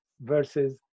versus